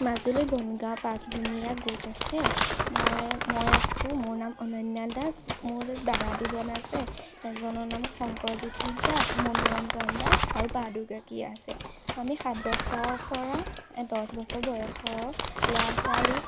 মাজুলী বনগাঁৱৰ পাঁচজনীয়া গোট আছে মই মই আছোঁ মোৰ নাম অনন্যা দাস মোৰ দাদা দুজন আছে এজনৰ নাম শংকৰজ্যোতি দাস মনোৰঞ্জন দাস আৰু বা দুগৰাকী আছে আমি সাত বছৰ পৰা দহ বছৰ বয়সৰ ল'ৰা ছোৱালী